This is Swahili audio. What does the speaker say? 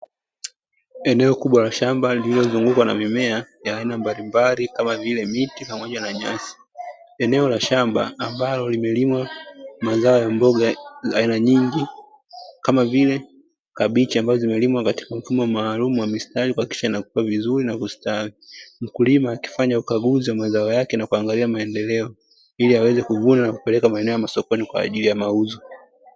Eneo kubwa la shamba lililozungukwa na mimea ya aina mbalimbali kama vile miti pamoja na nyasi. Eneo la shamba ambalo limelimwa mazao ya mboga za aina nyingi kama vile kabichi ambazo zimelimwa katika mfumo maalumu wa mistari kuhakikisha inakua vizuri na kustawi. Mkulima akifanya ukaguzi wa mazao yake na kuangalia maendeleo ili aweze kuvuna na kupeleka maeneo ya masokoni kwa ajili ya mauzo.